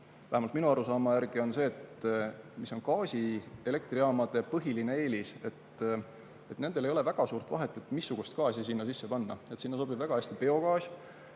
vähemalt minu arusaama järgi on gaasielektrijaamade põhiline eelis see, et nendel ei ole väga suurt vahet, missugust gaasi sinna sisse panna, sinna sobib väga hästi biogaas.